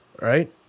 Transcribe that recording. right